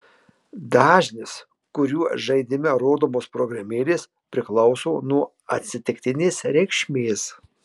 dažnis kuriuo žaidime rodomos programėlės priklauso nuo atsitiktinės reikšmės